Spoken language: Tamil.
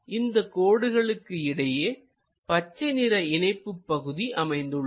இந்தக் கோடுகளுக்கு இடையே பச்சை நிற இணைப்புப் பகுதி அமைந்துள்ளது